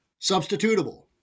substitutable